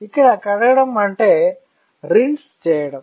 ఇక్కడ కడగడం అంటే రిన్స్ చేయడం